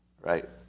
Right